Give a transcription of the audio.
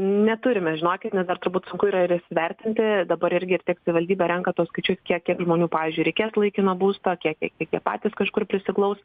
neturime žinokit nes dar turbūt sunku yra ir įsivertinti dabar irgi tik savivaldybė renka tuos skaičius kiek kiek žmonių pavyzdžiui reikės laikino būsto kiek kiek jie patys kažkur prisiglaus